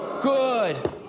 Good